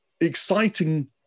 exciting